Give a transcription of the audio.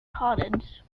cottage